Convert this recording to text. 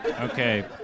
Okay